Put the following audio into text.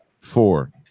four